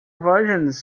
versions